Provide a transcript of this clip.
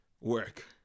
work